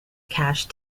cache